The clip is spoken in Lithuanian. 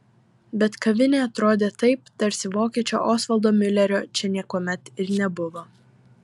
bet kavinė atrodė taip tarsi vokiečio osvaldo miulerio čia niekuomet ir nebuvo